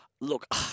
look